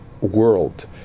world